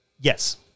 Yes